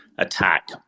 attack